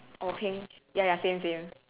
oh pink ya ya same same